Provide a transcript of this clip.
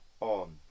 on